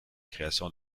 création